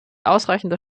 ausreichender